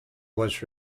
was